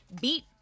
beat